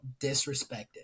disrespected